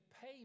pay